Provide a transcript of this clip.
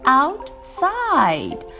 outside